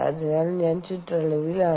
അതിനാൽ ഞാൻ ചുറ്റളവിലാണ്